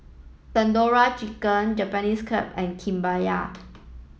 Tandoori Chicken Japanese and Kimbap